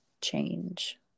change